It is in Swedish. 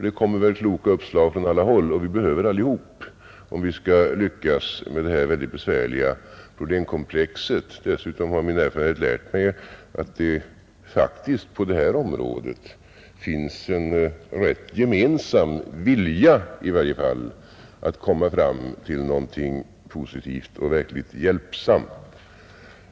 Det kommer väl kloka uppslag från alla håll, som vi bör ta fasta på om vi skall lyckas komma till rätta med detta besvärliga problemkomplex. Dessutom har min erfarenhet lärt mig att det på detta område faktiskt finns en gemensam vilja att komma fram till någonting positivt och verkligt hjälpsamt.